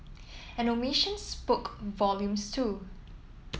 an omission spoke volumes too